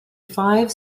five